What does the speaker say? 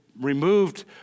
removed